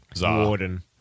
warden